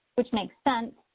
which makes sense,